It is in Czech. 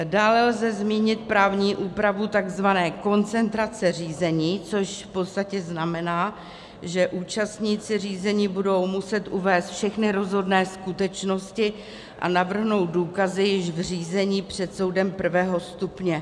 Dále lze zmínit právní úpravu takzvané koncentrace řízení, což v podstatě znamená, že účastníci řízení budou muset uvést všechny rozhodné skutečnosti a navrhnout důkazy již v řízení před soudem prvého stupně.